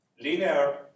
linear